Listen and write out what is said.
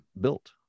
built